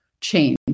change